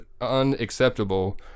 unacceptable